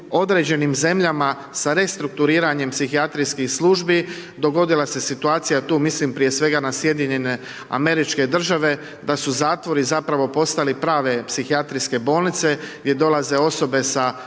određenim zemljama sa restrukturiranjem psihijatrijskih službi dogodila se situacija, tu mislim prije svega na SAD da su zatvori zapravo postali prave psihijatrijske bolnice, gdje dolaze osobe sa